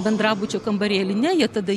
bendrabučio kambarėly ne jie tada